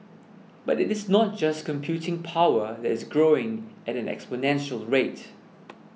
but it is not just computing power that is growing at an exponential rate